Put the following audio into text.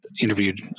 interviewed